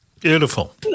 Beautiful